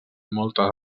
moltes